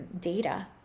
data